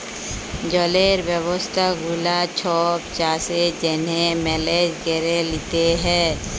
জলের ব্যবস্থা গুলা ছব চাষের জ্যনহে মেলেজ ক্যরে লিতে হ্যয়